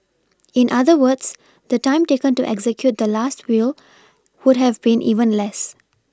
in other words the time taken to execute the last will would have been even less